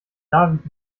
david